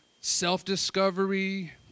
self-discovery